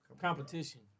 competition